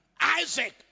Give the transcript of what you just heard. Isaac